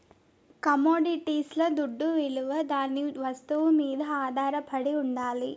కమొడిటీస్ల దుడ్డవిలువ దాని వస్తువు మీద ఆధారపడి ఉండాలి